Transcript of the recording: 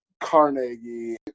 Carnegie